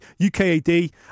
UKAD